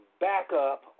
backup